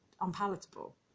unpalatable